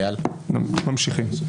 ממשיכים.